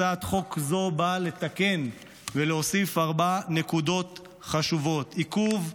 הצעת חוק זו באה לתקן ולהוסיף ארבע נקודות חשובות: עיכוב,